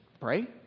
pray